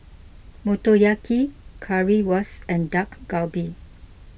Motoyaki Currywurst and Dak Galbi